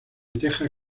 teja